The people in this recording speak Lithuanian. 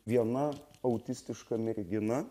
viena autistiška mergina